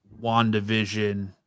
WandaVision